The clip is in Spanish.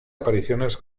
apariciones